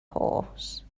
horse